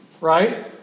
Right